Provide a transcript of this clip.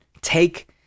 Take